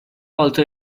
also